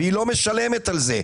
אבל היא לא משלמת על זה.